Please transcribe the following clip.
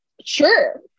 sure